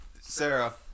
Sarah